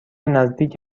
نزدیک